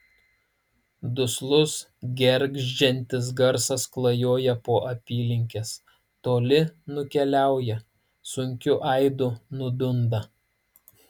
duslus gergždžiantis garsas klajoja po apylinkes toli nukeliauja sunkiu aidu nudunda